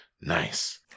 nice